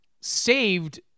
saved